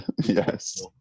Yes